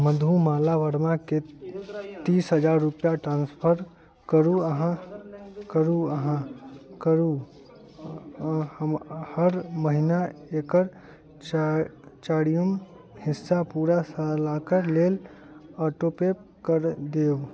मधुमाला वर्माके तीस हजार रुपआ ट्रान्सफर करू अहाँ करू अहाँ करू हम हर महिना एकर चारि चारिम हिस्सा पूरा साला कऽ लेल ऑटोपे कर देब